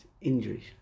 injuries